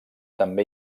també